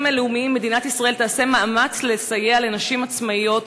לאומיים מדינת ישראל תעשה מאמץ לסייע לנשים עצמאיות,